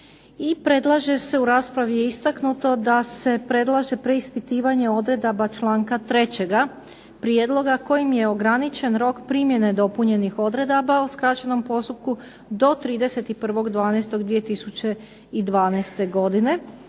u raspravi je istaknuto da se predlaže preispitivanje odredaba članka trećega prijedloga kojim je ograničen rok primjene dopunjenih odredaba o skraćenom postupku do 31.12.2012. godine